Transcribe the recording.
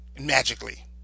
magically